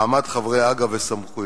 מעמד חברי הג"א וסמכויותיהם,